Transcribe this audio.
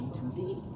today